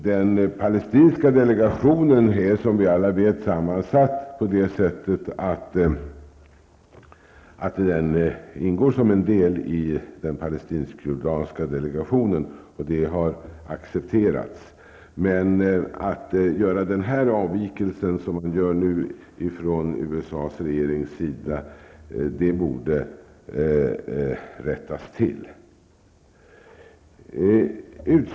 Den palestinska delegationen ingår, som vi alla vet, som en del i den palestinsk-jordanska delegationen, och det har accepterats. Den avvikelse som man nu gör från USAs regerings sida borde rättas till.